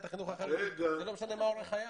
החינוך החרדית ולא משנה מה אורח חייו.